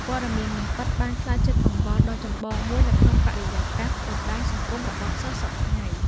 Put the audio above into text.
ព័ត៌មានមិនពិត បានក្លាយជាកង្វល់ដ៏ចម្បងមួយនៅក្នុងបរិយាកាសបណ្តាញសង្គមរបស់សិស្សសព្វថ្ងៃ។